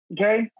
okay